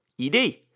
ED